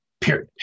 period